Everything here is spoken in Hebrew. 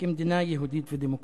כמדינה יהודית ודמוקרטית.